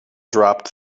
dropped